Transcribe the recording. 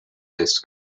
list